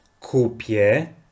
kupię